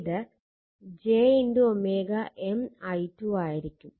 ഇത് j M i2 ആയിരിക്കും